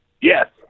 Yes